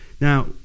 Now